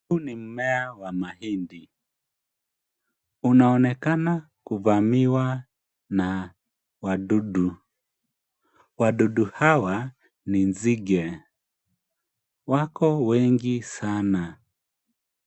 Huu ni mmea wa mahindi. Unaonekana kuvamiwa na wadudu. Wadudu hawa ni nzige. Wako wengi sana.